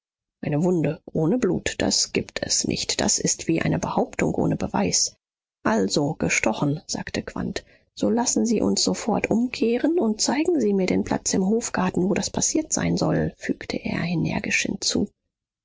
eine wunde ohne blut das gibt es nicht das ist wie eine behauptung ohne beweis also gestochen sagte quandt so lassen sie uns sofort umkehren und zeigen sie mir den platz im hofgarten wo das passiert sein soll fügte er energisch hinzu